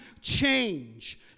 change